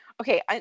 okay